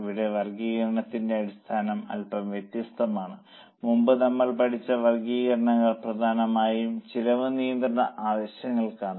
ഇവിടെ വർഗ്ഗീകരണത്തിന്റെ അടിസ്ഥാനം അൽപ്പം വ്യത്യസ്തമാണ് മുമ്പ് നമ്മൾ പഠിച്ച വർഗ്ഗീകരണങ്ങൾ പ്രധാനമായും ചെലവ് നിയന്ത്രണ ആവശ്യങ്ങൾക്കായാണ്